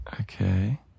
Okay